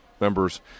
members